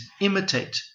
imitate